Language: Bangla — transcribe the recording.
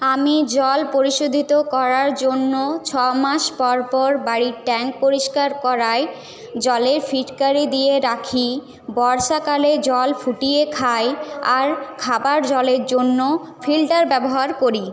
আমি জল পরিশোধিত করার জন্য ছ মাস পরপর বাড়ির ট্যাঙ্ক পরিষ্কার করাই জলে ফিটকারি দিয়ে রাখি বর্ষাকালে জল ফুটিয়ে খাই আর খাবার জলের জন্য ফিল্টার ব্যবহার করি